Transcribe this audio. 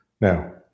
Now